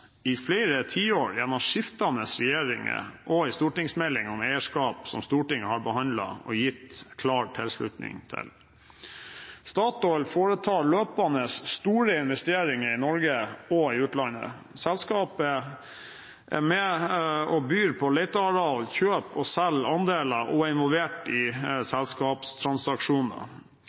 i flere tiår gjennom skiftende regjeringer og i stortingsmeldingen om eierskap som Stortinget har behandlet og gitt klar tilslutning til. Statoil foretar løpende store investeringer i Norge og i utlandet. Selskapet er med og byr på leteareal, kjøper og selger andeler og er involvert i selskapstransaksjoner.